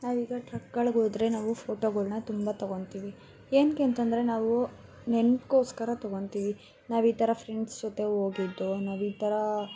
ನಾವೀಗ ಟ್ರಕ್ಗಳಿಗೋದ್ರೆ ನಾವು ಫೋಟೋಗಳ್ನ ತುಂಬ ತಗೊತೀವಿ ಏನಕ್ಕೆ ಅಂತಂದರೆ ನಾವು ನೆನ್ಪ್ಕೋಸ್ಕರ ತಗೊನ್ತೀವಿ ನಾವು ಈ ಥರ ಫ್ರೆಂಡ್ಸ್ ಜೊತೆ ಹೋಗಿದ್ದು ನಾವು ಈ ಥರ